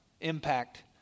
impact